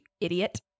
idiot